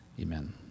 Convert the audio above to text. amen